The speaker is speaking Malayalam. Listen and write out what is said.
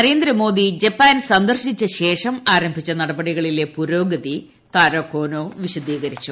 നരേന്ദ്രമോദി ജപ്പാൻ സന്ദർശിച്ച ശേഷം ആരംഭിച്ച നടപടികളിലെ പുരോഗതി താരോ കോനോ വിശദീകരിച്ചു